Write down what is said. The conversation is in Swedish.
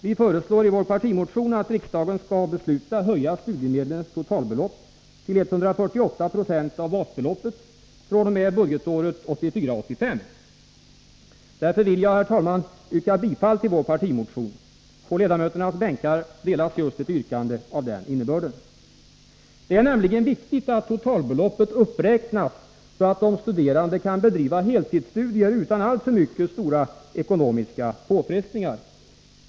Vi föreslår i vår partimotion att riksdagen skall fatta beslut om att höja studiemedlens totalbelopp till 148 96 av basbeloppet fr.o.m. budgetåret 1984 85: Det är viktigt att totalbeloppet uppräknas så att de studerande kan bedriva heltidsstudier utan alltför stora ekonomiska påfrestningar.